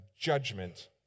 judgment